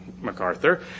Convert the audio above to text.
MacArthur